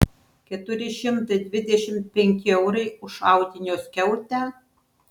keturi šimtai dvidešimt penki eurai už audinio skiautę